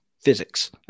physics